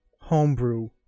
homebrew